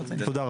תודה רבה.